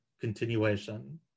continuation